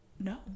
no